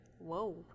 Whoa